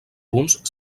punts